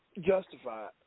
justified